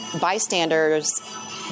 bystanders